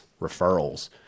referrals